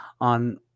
on